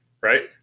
right